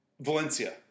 Valencia